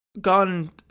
gone